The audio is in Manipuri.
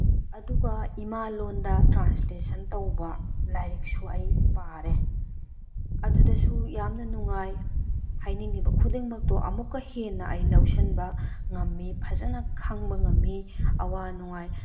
ꯑꯗꯨꯒ ꯏꯃꯥꯂꯣꯟꯗ ꯇ꯭ꯔꯥꯟꯁꯂꯦꯁꯟ ꯇꯧꯕ ꯂꯥꯏꯔꯤꯛꯁꯨ ꯑꯩ ꯄꯥꯔꯦ ꯑꯗꯨꯗꯁꯨ ꯌꯥꯝꯅ ꯅꯨꯡꯉꯥꯏ ꯍꯥꯏꯅꯤꯡꯉꯤꯕ ꯈꯨꯗꯤꯡꯃꯛꯇꯣ ꯑꯃꯨꯛꯀ ꯍꯦꯟꯅ ꯑꯩ ꯂꯧꯁꯤꯟꯕ ꯉꯝꯃꯤ ꯐꯖꯅ ꯈꯪꯕ ꯉꯝꯃꯤ ꯑꯋꯥ ꯅꯨꯡꯉꯥꯏ